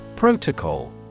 Protocol